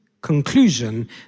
conclusion